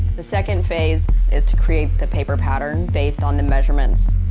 the second phase, is to create the paper pattern based on the measurements.